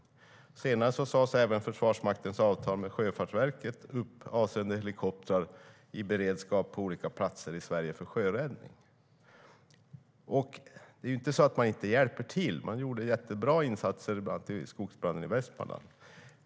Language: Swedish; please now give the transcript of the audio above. Senare sades även Försvarsmaktens avtal med Sjöfartsverket upp avseende helikoptrar i beredskap på olika platser i Sverige för sjöräddning. Det är inte så att man inte hjälper till - man gjorde jättebra insatser bland annat vid skogsbranden i Västmanland.